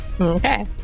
Okay